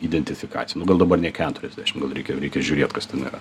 identifikacija nu gal dabar ne keturiasdešim gal reikia reikia žiūrėt kas ten yra